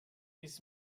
his